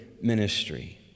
ministry